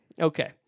Okay